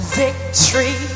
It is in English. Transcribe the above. victory